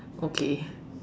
okay